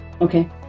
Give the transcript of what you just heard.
Okay